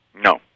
No